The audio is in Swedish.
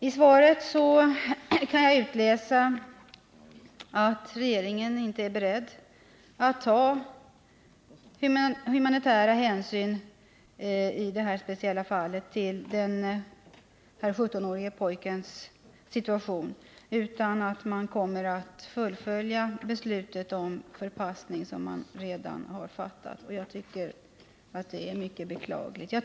Av svaret kan jag utläsa att regeringen inte är beredd att ta humanitära hänsyn till den här 17-årige pojkens situation. Man kommer att fullfölja det beslut om förpassning som man redan har fattat. Jag tycker att det är mycket beklagligt.